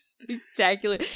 Spectacular